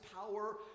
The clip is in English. power